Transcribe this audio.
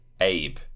Abe